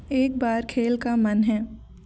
एक बार खेल का मन है